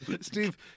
Steve